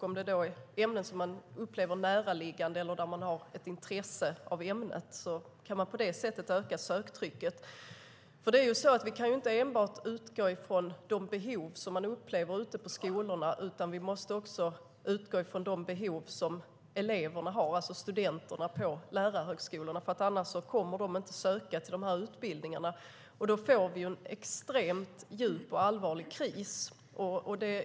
Om det är ämnen som eleverna uppfattar som näraliggande eller har intresse för kan man på det sättet öka söktrycket. Vi kan inte enbart utgå från de behov som man upplever ute på skolorna, utan vi måste också utgå från de behov som studenterna på lärarhögskolorna har. Annars kommer de inte att söka dessa utbildningar, och då får vi en djup och allvarlig kris.